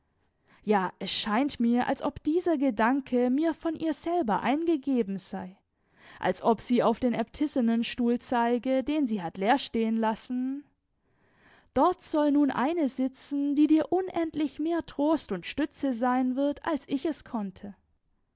ja es scheint mir als ob dieser gedanke mir von ihr selber eingegeben sei als ob sie auf den äbtissinstuhl zeige den sie hat leer stehen lassen dort soll nun eine sitzen die dir unendlich mehr trost und stütze sein wird als ich es konnte